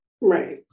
Right